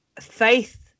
faith